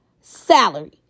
salary